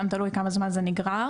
גם תלוי כמה זמן זה נגרר,